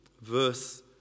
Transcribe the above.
verse